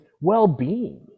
well-being